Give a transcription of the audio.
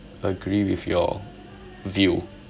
agree with your view